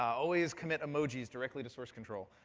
always commit emojis directly to source control.